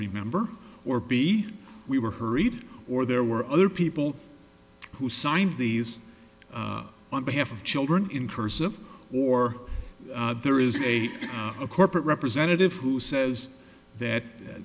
remember or b we were hurried or there were other people who signed these on behalf of children in cursive or there is a a corporate representative who says that